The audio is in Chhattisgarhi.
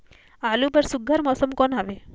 आलू बर सुघ्घर मौसम कौन हवे?